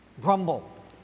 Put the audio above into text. grumble